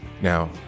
now